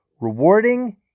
rewarding